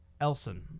Elson